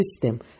system